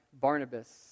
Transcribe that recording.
Barnabas